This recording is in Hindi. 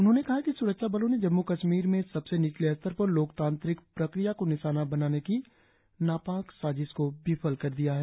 उन्होंने कहा है कि स्रक्षा बलों ने जम्मू कश्मीर में सबसे निचले स्तर पर लोकतांत्रिक प्रक्रिया को निशाना बनाने की नापाक साजिश को विफल कर दिया है